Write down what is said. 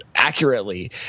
accurately